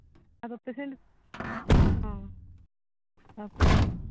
ᱟᱨᱦᱚᱸ ᱯᱮᱥᱮᱱᱴ ᱦᱚᱸ ᱦᱚᱸ